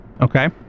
Okay